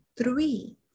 three